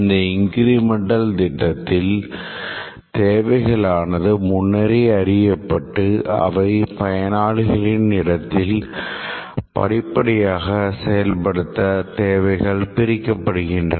இந்த இன்கிரிமெண்டல் திட்டத்தில் தேவைகளானது முன்னரே அறியப்பட்டு அவை பயனாளிகளின் இடத்தில் படிப்படியாக செயல்படுத்த தேவைகள் பிரிக்கப் படுகின்றன